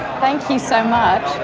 thank you so much.